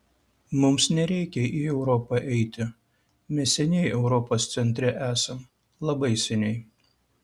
mums nereikia į europą eiti mes seniai europos centre esam labai seniai